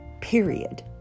period